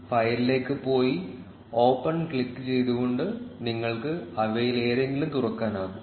ഫയലിലേക്ക് പോയി ഓപ്പൺ ക്ലിക്കുചെയ്തുകൊണ്ട് നിങ്ങൾക്ക് അവയിലേതെങ്കിലും തുറക്കാനാകും